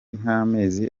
nk’amezi